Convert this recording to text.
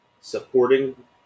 supporting